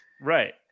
Right